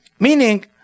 Meaning